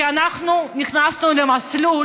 כי אנחנו נכנסנו למסלול